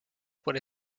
por